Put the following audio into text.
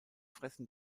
fressen